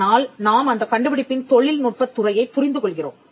ஆனால் நாம் அந்தக் கண்டுபிடிப்பின் தொழில்நுட்பத் துறையைப் புரிந்து கொள்கிறோம்